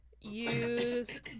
use